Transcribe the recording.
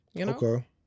Okay